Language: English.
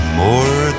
more